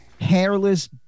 hairless